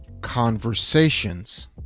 conversations